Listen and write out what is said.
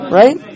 right